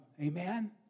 Amen